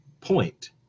point